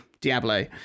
Diablo